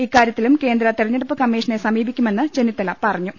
ഇക്കാര്യത്തിലും കേന്ദ്ര തെരഞ്ഞെടുപ്പ് കമ്മീഷനെ സമീപിക്കുമെന്ന് ചെന്നിത്തല പറഞ്ഞു